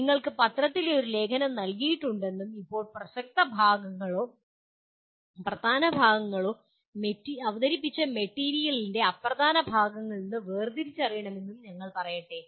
നിങ്ങൾക്ക് പത്രത്തിലെ ഒരു ലേഖനം നൽകിയിട്ടുണ്ടെന്നും ഇപ്പോൾ പ്രസക്തമായ ഭാഗങ്ങളോ പ്രധാന ഭാഗങ്ങളോ അവതരിപ്പിച്ച മെറ്റീരിയലിന്റെ അപ്രധാന ഭാഗങ്ങളിൽ നിന്ന് വേർതിരിച്ചറിയണമെന്നും ഞങ്ങൾ പറയട്ടെ